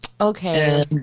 Okay